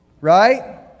Right